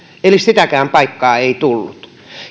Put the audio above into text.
eli sitäkään paikkaa ei tullut